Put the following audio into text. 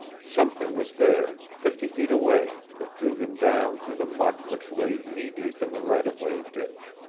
something was there, fifty feet away, that drew him down through the muck which lay knee deep in the right-of-way ditch.